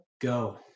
Go